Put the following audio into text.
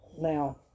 Now